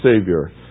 Savior